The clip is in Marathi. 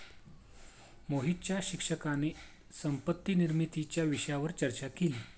मोहितच्या शिक्षकाने संपत्ती निर्मितीच्या विषयावर चर्चा केली